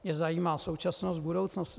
Mě zajímá současnost, budoucnost.